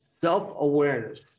Self-awareness